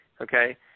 Okay